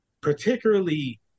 particularly